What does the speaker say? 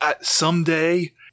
someday